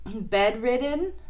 bedridden